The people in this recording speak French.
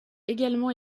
également